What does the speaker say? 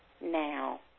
now